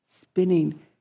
spinning